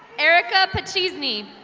ericka pocheesni.